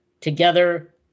Together